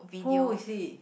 who is he